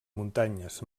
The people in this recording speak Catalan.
muntanyes